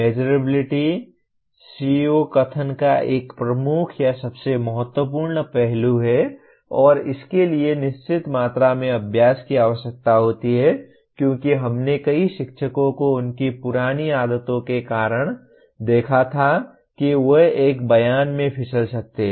measurability CO कथन का एक प्रमुख या सबसे महत्वपूर्ण पहलू है और इसके लिए निश्चित मात्रा में अभ्यास की आवश्यकता होती है क्योंकि हमने कई शिक्षकों को उनकी पुरानी आदतों के कारण देखा था कि वे एक बयान में फिसल सकते हैं